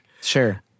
Sure